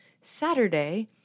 Saturday